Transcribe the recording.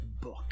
book